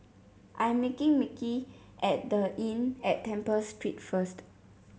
I am meeting Micky at The Inn at Temple Street first